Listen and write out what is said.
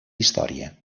història